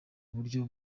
buryo